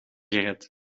gered